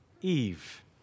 Eve